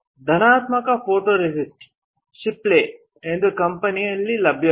ಧನಾತ್ಮಕ photoresist Shipley ಎಂದು ಕಂಪನಿಯಿಂದ ಲಭ್ಯವಿದೆ